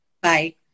Bye